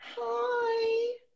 Hi